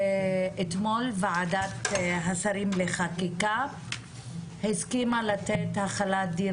אתמול ועדת השרים לחקיקה הסכימה לתת החלת דין